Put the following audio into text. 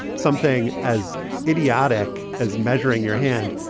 something as idiotic as measuring your hand.